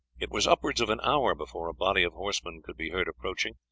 it was upwards of an hour before body of horsemen could be heard approaching.